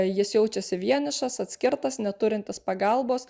jis jaučiasi vienišas atskirtas neturintis pagalbos